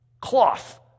Cloth